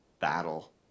battle